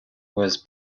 was